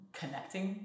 connecting